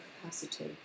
capacity